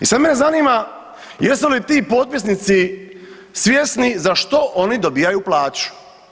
I sad mene zanima jesu li ti potpisnici svjesni za što oni dobijaju plaću.